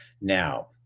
Now